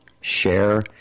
Share